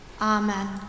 Amen